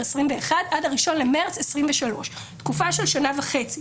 2021 ועד ה-01 למרץ 2023. זוהי תקופה של שנה וחצי,